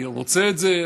רוצה את זה.